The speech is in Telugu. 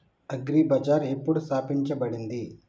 అగ్రి బజార్ ఎప్పుడు స్థాపించబడింది?